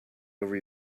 over